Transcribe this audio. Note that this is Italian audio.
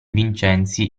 vincenzi